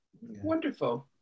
Wonderful